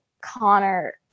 connor